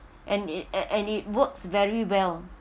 and it and it works very well